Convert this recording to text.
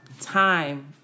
time